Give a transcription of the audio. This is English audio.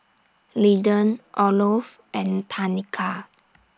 Linden Olof and Tanika